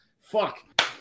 fuck